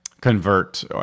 convert